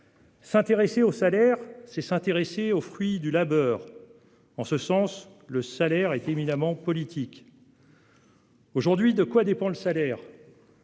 S'intéresser au salaire, c'est s'intéresser aux fruits du labeur. En ce sens, le salaire est éminemment politique. Aujourd'hui, de quoi dépend le salaire ?